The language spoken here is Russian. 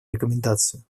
рекомендацию